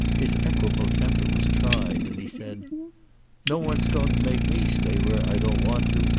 his equable temper was tried and he said no one's going to make me stay where i don't want to.